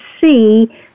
see